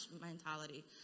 mentality